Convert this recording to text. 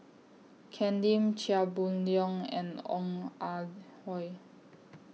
Ken Lim Chia Boon Leong and Ong Ah Hoi